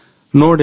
NodeMCU 1